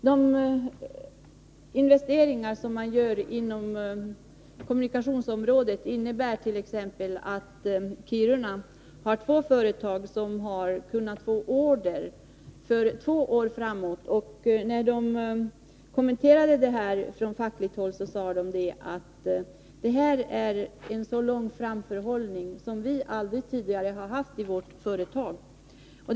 De investeringar som har gjorts på kommunikationsområdet innebär att Kiruna har två företag som har fått order för två år framåt. Från fackligt håll kommenterade man att en sådan framförhållning har man aldrig tidigare haft i företaget.